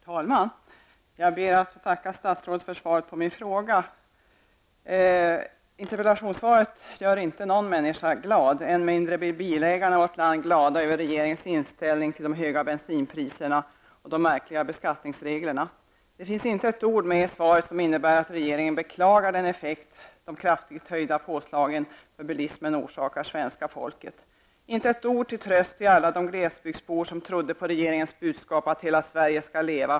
Herr talman! Jag ber att få tacka statsrådet för svaret på min fråga. Interpellationssvaret gör inte någon människa glad. Än mindre blir bilägarna i vårt land glada över regeringens inställning till de höga bensinpriserna och de märkliga beskattningsreglerna. Det finns inte ett ord i svaret om att regeringen beklagar den effekt som de kraftigt höjda påslagen för bilismen orsakar svenska folket. Det är inte ett ord till tröst för alla de glesbygdsbor som trodde på regeringens budskap att hela Sverige skall leva.